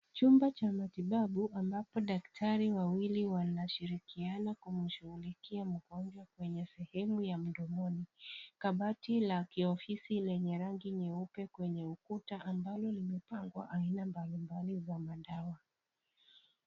Chumba cha matibabu, ambapo daktari wawili wanashirikiana kumshughulikia kwenye sehemu ya mdomoni. Kabati la kiofisi lenye rangi nyeupe kwenye ukuta ambalo limepangwa aina mbalimbali ya madawa.